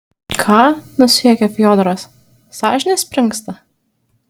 ką nusijuokė fiodoras sąžinė springsta